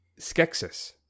Skeksis